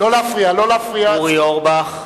אורי אורבך,